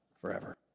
forever